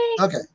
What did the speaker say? Okay